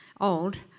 old